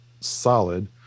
solid